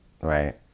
right